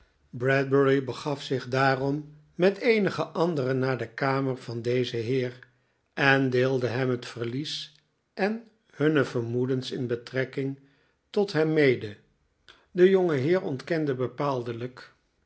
bradbury begaf zich daarom met eenige anderen naar de kamer van dezen heer en deelde hem het verlies en hunne vermoedens in betrekking tot hem mede de jonge heer ontkende bepaaldelijk